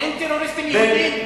אין טרוריסטים יהודים?